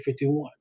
51